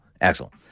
Axel